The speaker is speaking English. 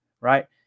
Right